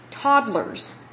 toddlers